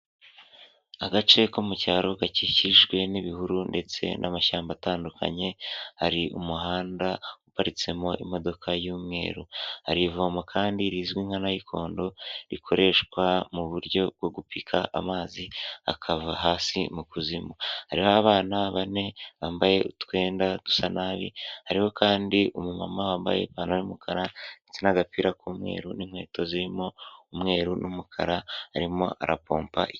Agace ko mu cyaro gakikijwe n'ibihuru ndetse n'amashyamba atandukanye, hari umuhanda uparitsemo imodoka y'umweru. Hari ivomo kandi rizwi nka nayikondo rikoreshwa mu buryo bwo gupika amazi akava hasi mu kuzimu. Hariho abana bane bambaye utwenda dusa nabi, hariho kandi umumama wambaye ipantaro y'umukara ndetse n'agapira k'umweru n'inkweto zirimo umweru n'umukara arimo arapompa.